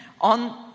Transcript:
on